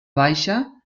baixa